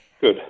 good